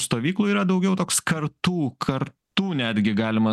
stovyklų yra daugiau toks kartų kartų netgi galima